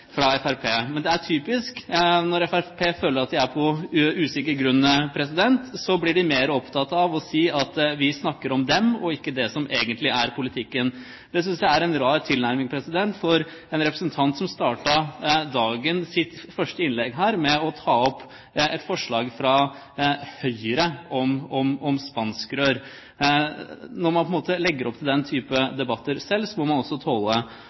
fra Fremskrittspartiet. Men det er typisk – når Fremskrittspartiet føler at de er på usikker grunn, blir de mer opptatt av å si at vi snakker om dem og ikke om det som egentlig er politikken. Det synes jeg er en rar tilnærming for en representant som startet sitt første innlegg med å nevne et forslag fra Høyre om spanskrør. Når man legger opp til den type debatter selv, må man også tåle